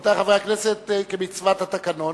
רבותי חברי הכנסת, כמצוות התקנון